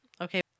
Okay